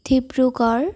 Dibrugarh